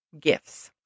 gifts